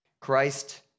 Christ